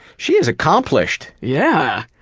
she's accomplished! yeah!